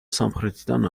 სამხრეთიდან